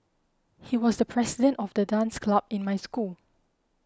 he was the president of the dance club in my school